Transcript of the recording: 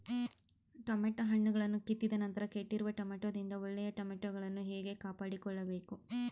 Tomato ಹಣ್ಣುಗಳನ್ನು ಕಿತ್ತಿದ ನಂತರ ಕೆಟ್ಟಿರುವ ಟೊಮೆಟೊದಿಂದ ಒಳ್ಳೆಯ ಟೊಮೆಟೊಗಳನ್ನು ಹೇಗೆ ಕಾಪಾಡಿಕೊಳ್ಳಬೇಕು?